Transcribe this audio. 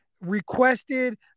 requested